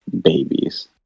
babies